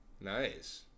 Nice